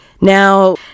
now